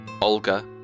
Olga